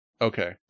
Okay